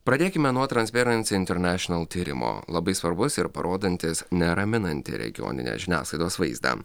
pradėkime nuo transpieransi internešenal tyrimo labai svarbus ir parodantis neraminantį regioninės žiniasklaidos vaizdą